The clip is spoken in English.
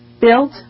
built